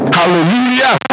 Hallelujah